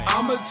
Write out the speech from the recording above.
I'ma